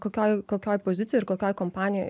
kokioj kokioj pozicijoj ir kokioj kompanijoj